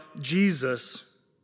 Jesus